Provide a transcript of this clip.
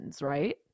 right